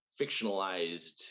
fictionalized